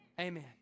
Amen